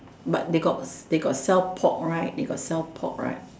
but they got they got sell pork right they got sell pork right